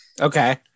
okay